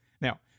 Now